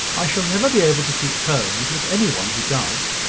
i shall never be able to keep terms with any one who does.